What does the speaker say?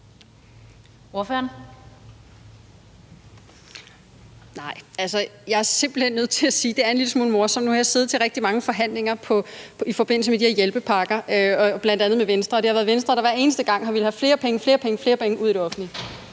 Thiesen (NB): Altså, jeg er simpelt hen nødt til at sige, at det er en lille smule morsomt. Nu har jeg siddet til rigtig mange forhandlinger i forbindelse med de her hjælpepakker, bl.a. sammen med Venstre, og det har været Venstre, der hver eneste gang har villet have flere penge, flere penge, flere penge ud i det offentlige.